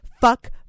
fuck